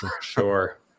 Sure